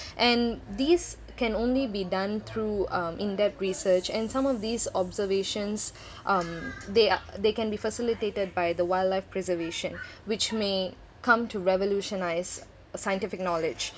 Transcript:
and this can only be done through um in-depth research and some of these observations um they ar~ they can be facilitated by the wildlife preservation which may come to revolutionise scientific knowledge